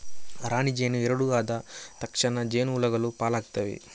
ರಾಣಿ ಜೇನು ಎರಡು ಆದ ತಕ್ಷಣ ಜೇನು ಹುಳಗಳು ಪಾಲಾಗ್ತವೆ